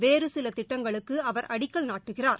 வேறுசிலதிட்டங்களுக்குஅவர் அடிக்கல் நாட்டுகிறார்